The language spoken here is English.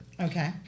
okay